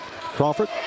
Crawford